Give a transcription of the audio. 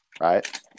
right